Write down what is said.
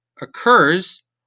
occurs